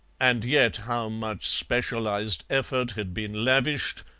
and yet how much specialized effort had been lavished,